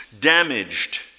damaged